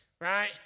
right